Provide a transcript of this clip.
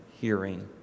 hearing